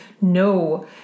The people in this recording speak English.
No